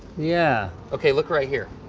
yeah. ok, look right here.